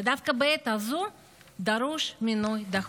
ודווקא בעת הזו דרוש מינוי דחוף.